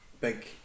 big